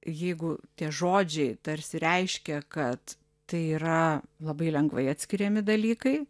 jeigu tie žodžiai tarsi reiškia kad tai yra labai lengvai atskiriami dalykai